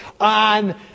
on